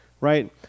right